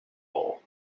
bowl